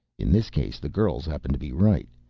in this case the girls happen to be right.